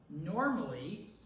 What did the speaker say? normally